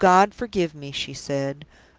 oh, god, forgive me! she said.